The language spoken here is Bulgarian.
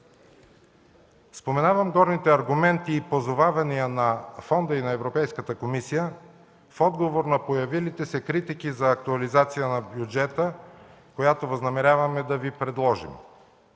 Споменавам горните аргументи и позовавания на Фонда и на Европейската комисия в отговор на появилите се критики за актуализация на бюджета, която възнамеряваме да Ви предложим.